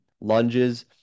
lunges